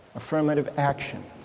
affirmative action,